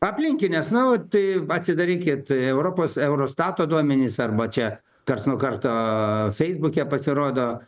aplinkinės nu o tai atsidarykit europos eurostato duomenis arba čia karts nuo karto feisbuke pasirodo